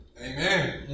Amen